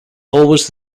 always